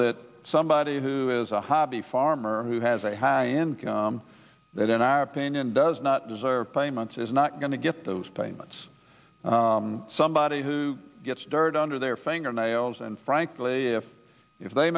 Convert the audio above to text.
that somebody who is a hobby farmer who has a high that in our opinion does not desire payments is not going to get those payments somebody who gets dirt under their fingernails and frankly if they